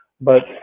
but-